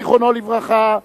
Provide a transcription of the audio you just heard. זיכרונו לברכה,